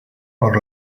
por